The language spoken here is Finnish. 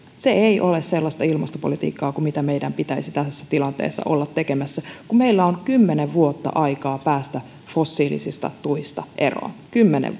se ei ole sellaista ilmastopolitiikkaa kuin meidän pitäisi tässä tilanteessa olla tekemässä kun meillä on kymmenen vuotta aikaa päästä fossiilisista tuista eroon kymmenen